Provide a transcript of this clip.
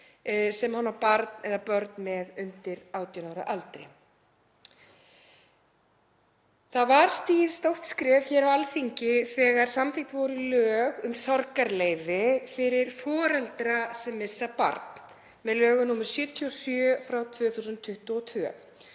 sem hann á barn eða börn með undir 18 ára aldri. Það var stigið stórt skref á Alþingi þegar samþykkt voru lög um sorgarleyfi fyrir foreldra sem missa barn með lögum nr. 77/2022.